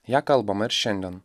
ją kalbama ir šiandien